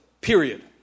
period